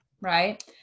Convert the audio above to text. right